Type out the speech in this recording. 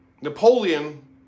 Napoleon